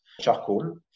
charcoal